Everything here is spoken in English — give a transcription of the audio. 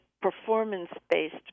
performance-based